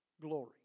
glory